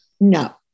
No